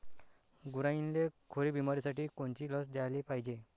गुरांइले खुरी बिमारीसाठी कोनची लस द्याले पायजे?